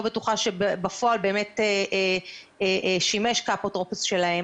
בטוחה שבפועל באמת שימש כאפוטרופוס שלהם.